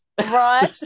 Right